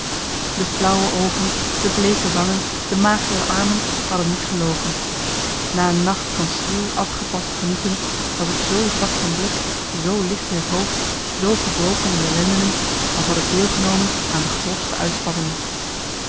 de flauwe oogen de bleeke wangen de magere armen hadden niet gelogen na een nacht van schriel afgepast genieten was ik zoo zwak van blik zoo licht marcellus emants een nagelaten bekentenis in t hoofd zoo gebroken in de lendenen als had ik deel genomen aan de grofste